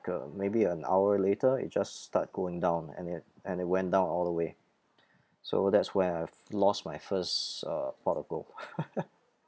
uh maybe an hour later it just start going down and it and it went down all the way so that's where I've lost my first uh pot of gold